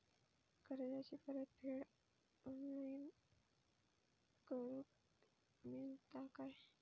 कर्जाची परत फेड ऑनलाइन करूक मेलता काय?